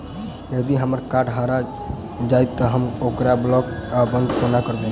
यदि हम्मर कार्ड हरा जाइत तऽ हम ओकरा ब्लॉक वा बंद कोना करेबै?